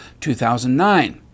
2009